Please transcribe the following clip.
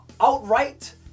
outright